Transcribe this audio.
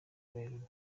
rurerure